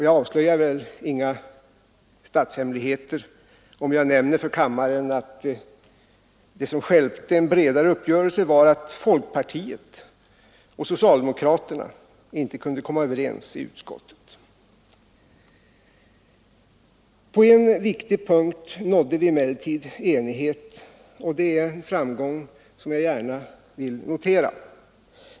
Jag avslöjar väl inga statshemligheter om jag nämner för kammaren att det som stjälpte en bredare uppgörelse var att folkpartiet och socialdemokraterna inte kunde komma överens i utskottet. På en viktig punkt nådde vi emellertid enighet, och det är en framgång som jag gärna noterar.